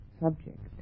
subject